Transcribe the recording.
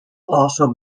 also